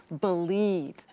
believe